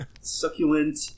succulent